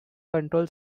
control